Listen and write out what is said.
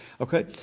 okay